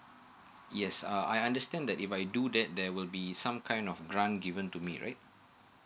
yes uh I understand that if I do that there will be some kind of grant given to me right